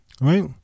right